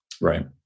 Right